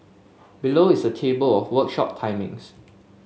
below is a table of workshop timings